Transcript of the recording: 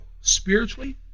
spiritually